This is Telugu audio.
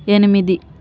ఎనిమిది